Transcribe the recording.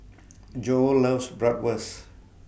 Joe loves Bratwurst